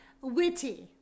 witty